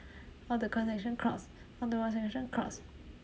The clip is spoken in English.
walk to cross section cross walk to cross section cross